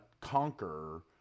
conquer